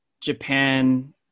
japan